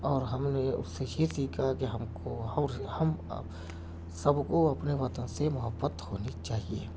اور ہم نے اس سے یہ سیکھا کہ ہم کو اور ہم سب کو اپنے وطن سے محبت ہونی چاہیے